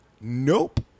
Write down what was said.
Nope